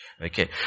Okay